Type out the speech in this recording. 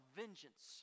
vengeance